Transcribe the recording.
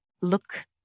look